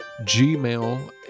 Gmail